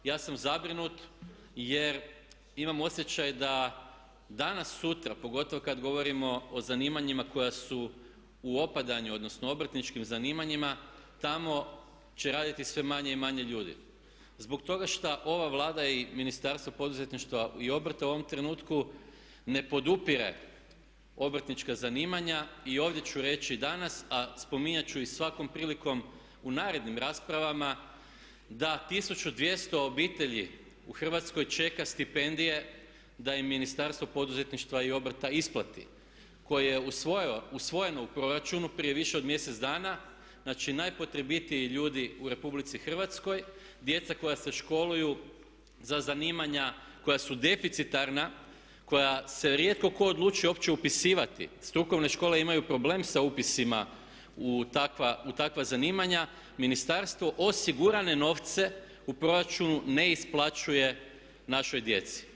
Ja sam zabrinut jer imam osjećaj da danas sutra pogotovo kad govorimo o zanimanjima koja su u opadanju odnosno obrtničkim zanimanjima, tamo će raditi sve manje i manje ljudi zbog toga što ova Vlada i Ministarstvo poduzetništva i obrta u ovom trenutku ne podupire obrtnička zanimanja i ovdje ću reći danas a spominjat ću i svakom prilikom u narednim raspravama da 1200 obitelji u Hrvatskoj čeka stipendije da im Ministarstvo poduzetništva i obrta ispati koje je usvojeno u Proračunu prije više od mjesec dana, znači najpotrebitiji ljudi u RH, djeca koja se školuju za zanimanja koja su deficitarna, koja se rijetko tko odlučuje uopće upisivati, strukovne škole imaju problem sa upisima u takva zanimanja, ministarstvo osigurane novce u proračune ne isplaćuje našoj djeci.